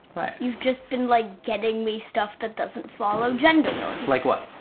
but you've just been like getting me stuff that doesn't follow gender norms. like what?